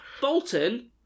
Bolton